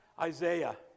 Isaiah